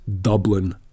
Dublin